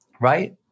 right